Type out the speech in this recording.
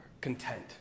content